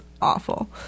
awful